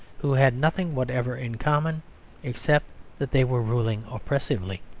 who had nothing whatever in common except that they were ruling oppressively.